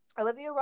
Olivia